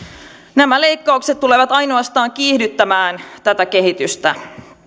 nämä leikkaukset tulevat ainoastaan kiihdyttämään tätä kehitystä